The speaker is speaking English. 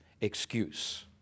excuse